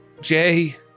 Jay